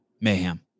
mayhem